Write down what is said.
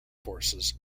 forces